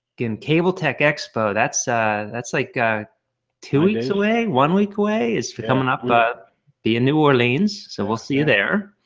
in cable tech expo. that's that's like ah two weeks away one week away is for coming up, but be in new orleans. so we'll see you there